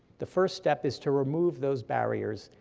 the first step is to remove those barriers,